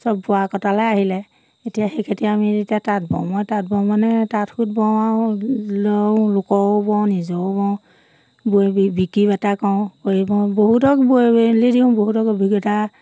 চব বোৱা কটালে আহিলে এতিয়া সেই খাটিৰে আমি এতিয়া তাঁত বওঁ মই তাঁত বওঁ মানে তাঁত সুত বওঁ আৰু ল লোকৰো বওঁ নিজৰো বওঁ বৈ বিক্ৰি বতা কৰো কৰি বওঁ বহুতক বৈ মেলি দিও বহুতক অভিজ্ঞতা